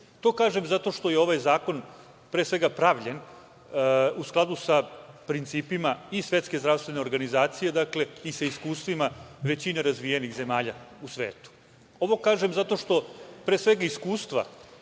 To kažem zato što je ovaj zakon pre svega pravljen u skladu sa principima i Svetske zdravstvene organizacije i sa iskustvima većine razvijenih zemalja u svetu. Ovo kažem zato što, pre svega, iskustva